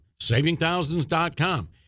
savingthousands.com